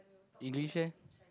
English eh